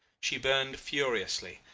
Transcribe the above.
she burned furiously,